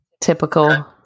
Typical